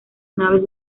naves